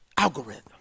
Algorithm